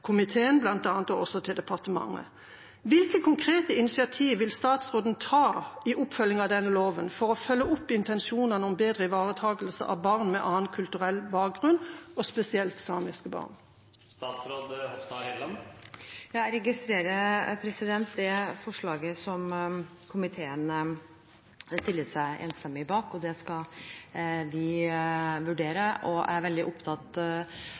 komiteen og også til departementet. Hvilke konkrete initiativ vil statsråden ta i oppfølgingen av denne loven for å følge opp intensjonene om bedre ivaretakelse av barn med annen kulturell bakgrunn, og spesielt samiske barn? Jeg registrerer det forslaget som komiteen stiller seg enstemmig bak. Det skal vi vurdere. Jeg er veldig opptatt